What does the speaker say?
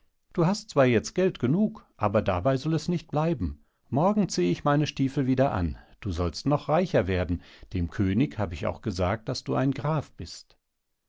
du hast zwar jetzt geld genug aber dabei soll es nicht bleiben morgen zieh ich meine stiefel wieder an du sollst noch reicher werden dem könig hab ich auch gesagt daß du ein graf bist